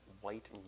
white